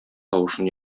тавышын